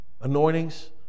anointings